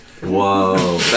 whoa